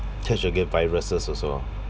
catch again viruses also